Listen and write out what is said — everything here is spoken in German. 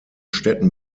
städten